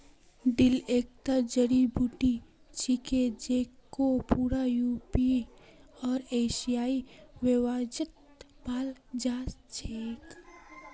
dill एकता जड़ी बूटी छिके जेको पूरा यूरोपीय आर एशियाई व्यंजनत पाल जा छेक